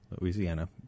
Louisiana